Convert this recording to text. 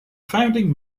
founding